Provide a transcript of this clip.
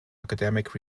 academic